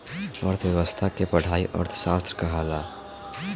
अर्थ्व्यवस्था के पढ़ाई अर्थशास्त्र कहाला